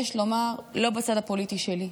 יש לומר, לא בצד הפוליטי שלי.